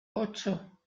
ocho